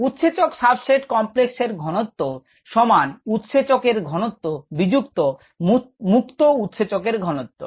উৎসেচক substrate complex এর ঘনত্ব সমান সমস্ত উৎসেচক এর ঘনত্ব বিযুক্ত মুক্ত উৎসেচক এর ঘনত্ব